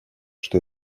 что